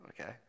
Okay